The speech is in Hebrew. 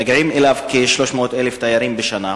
מגיעים אליו כ-300,000 תיירים בשנה,